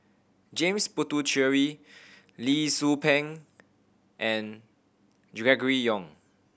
James Puthucheary Lee Tzu Pheng and Gregory Yong